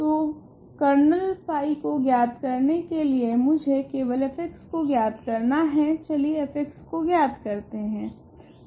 तो kernel phi को ज्ञात करने के लिए मुझे केवल f को ज्ञात करना है चलिए f को ज्ञात करते है